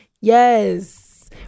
Yes